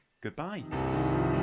goodbye